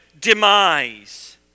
demise